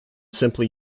simply